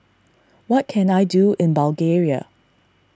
what can I do in Bulgaria